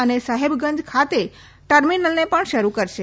તેઓ સાહેબગંજ ખાતે ટર્મિનલને પણ શરૃ કરશે